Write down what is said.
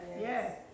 Yes